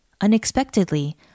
Unexpectedly